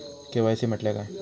KYC म्हटल्या काय?